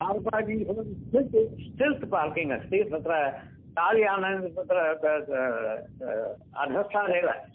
car parking stilt parking अस्ति तत्र कार्यानम् तत् अधस्तादेव